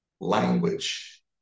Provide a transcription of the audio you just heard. language